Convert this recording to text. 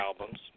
albums